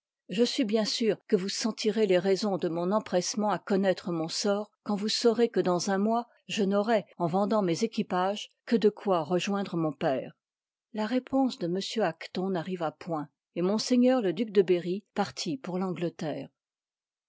je suis bien sûr que vous sentirez les raisons de mon empressement à connoître mon sort quand vous saurez que dans un mois je n'aurai en vendant mes équipages que de quoi rejoindre mon père la réponse de m acton n'arriva p oint i et ms le duc de berry partit pour l'angleterre